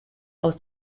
aus